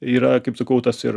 yra kaip sakau tas ir